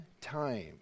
time